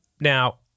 Now